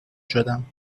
شدم